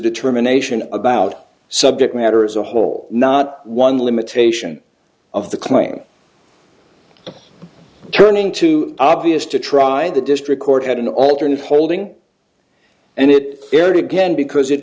determination about subject matter as a whole not one limitation of the claim turning to obvious to try the district court had an alternate holding and it aired again because it